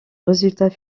résultat